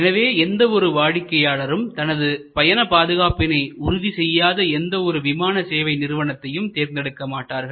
எனவே எந்த ஒரு வாடிக்கையாளரும் தனது பயண பாதுகாப்பினை உறுதி செய்யாத எந்த ஒரு விமான சேவை நிறுவனத்தையும் தேர்ந்தெடுக்கமாட்டார்கள்